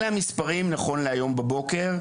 אלה המספרים נכון להבוקר,